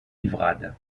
livrade